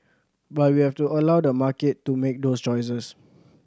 but we have to allow the market to make those choices